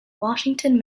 washington